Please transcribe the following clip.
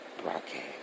Broadcast